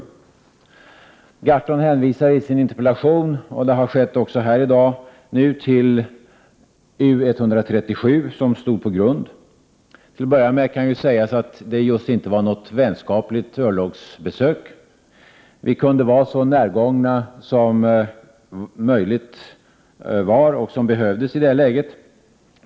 Per Gahrton hänvisar i sin interpellation, liksom det har skett från talarstolen här i dag, till U137 som stod på grund. Till att börja med kan sägas att det just inte var något vänskapligt örlogsbesök. Vi kunde vara så närgångna som behövdes i det läget.